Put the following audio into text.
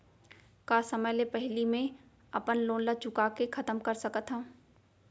का समय ले पहिली में अपन लोन ला चुका के खतम कर सकत हव?